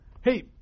hey